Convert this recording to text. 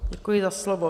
Děkuji za slovo.